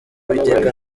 uwiteka